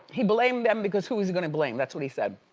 he blamed them because who's he going to blame? that's what he said.